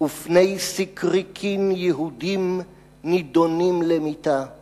ופני/ סיקריקין יהודים נידונים למיתה.//